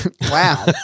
Wow